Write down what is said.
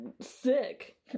sick